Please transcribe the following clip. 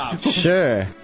Sure